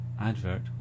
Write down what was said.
advert